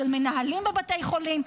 של מנהלים בבתי חולים.